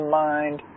mind